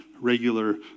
regular